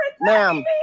Ma'am